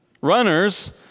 Runners